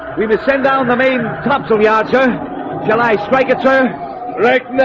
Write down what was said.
we will send down the main topsail yard zone july strike, its own wreck.